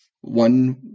one